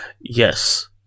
Yes